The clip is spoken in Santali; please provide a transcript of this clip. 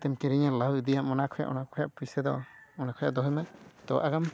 ᱛᱮᱢ ᱠᱤᱨᱤᱧᱟᱢ ᱞᱟᱵᱷ ᱤᱫᱤᱭᱟᱢ ᱚᱱᱟ ᱠᱷᱚᱱᱟᱜ ᱚᱱᱟ ᱠᱷᱚᱱᱟᱜ ᱯᱚᱭᱥᱟ ᱫᱚ ᱚᱱᱟ ᱠᱷᱚᱱᱟᱜ ᱫᱚᱦᱚᱭᱢᱮ ᱛᱚ ᱟᱜᱟᱢ